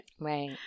Right